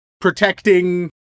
protecting